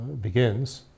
begins